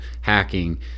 hacking